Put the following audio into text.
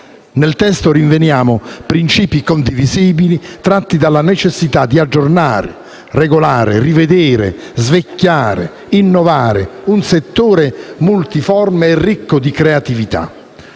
Nel testo rinveniamo princìpi condivisibili, tratti dalla necessità di aggiornare, regolare, rivedere, svecchiare e innovare un settore multiforme e ricco di creatività.